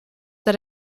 that